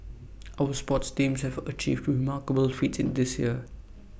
our sports teams have achieved remarkable feats this year